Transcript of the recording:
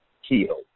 heal